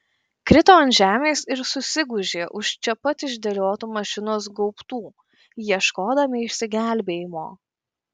krito ant žemės ir susigūžė už čia pat išdėliotų mašinos gaubtų ieškodami išsigelbėjimo